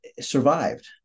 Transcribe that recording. survived